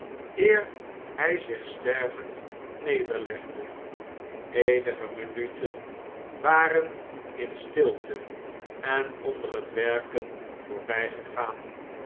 eer hjj zich stervendnederlegde eenige minuten waren in stilte en onder het werken voorbh'gegaan